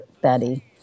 Betty